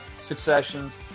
successions